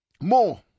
more